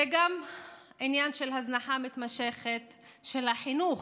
זה גם עניין של הזנחה מתמשכת של החינוך,